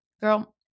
Girl